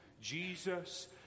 Jesus